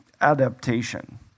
adaptation